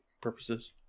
purposes